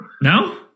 no